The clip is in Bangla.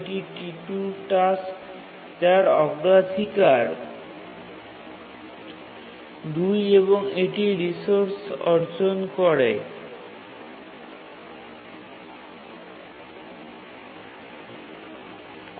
এটি T2 টাস্ক যার অগ্রাধিকার ২ এবং এটি রিসোর্স অর্জন করেছে